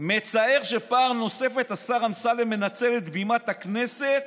מצער שפעם נוספת השר אמסלם מנצל את בימת הכנסת